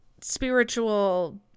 spiritual